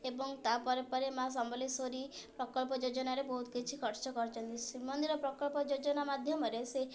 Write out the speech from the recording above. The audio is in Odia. ଏବଂ ତା'ପରେ ପରେ ମାଁ ସମଲେଶ୍ଵରୀ ପ୍ରକଳ୍ପ ଯୋଜନାରେ ବହୁତ କିଛି ଖର୍ଚ୍ଚ କରିଛନ୍ତି ଶ୍ରୀମନ୍ଦିର ପ୍ରକଳ୍ପ ଯୋଜନା ମାଧ୍ୟମରେ ସେ